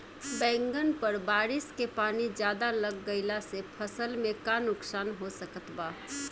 बैंगन पर बारिश के पानी ज्यादा लग गईला से फसल में का नुकसान हो सकत बा?